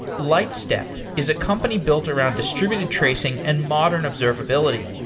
lightstep is a company built around distributed tracing and modern observability.